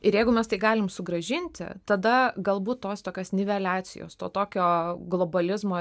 ir jeigu mes tai galim sugrąžinti tada galbūt tos tokios niveliacijos to tokio globalizmo